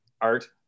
art